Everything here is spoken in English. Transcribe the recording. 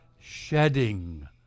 shedding